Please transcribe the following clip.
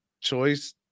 choice